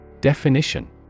Definition